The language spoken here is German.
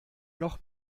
noch